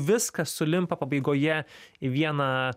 viskas sulimpa pabaigoje į vieną